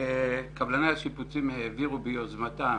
קבלני השיפוצים העבירו ביוזמתם,